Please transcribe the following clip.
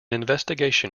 investigation